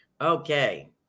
Okay